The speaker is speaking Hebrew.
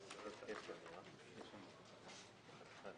הסעיפים אושרו.